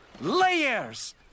Layers